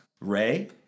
Ray